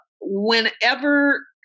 whenever